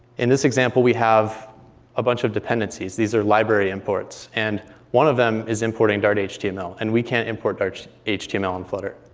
in this example, we have a bunch of dependencies. these are library imports. and one of them is importing dart html, and we can't import dart html in flutter.